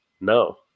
No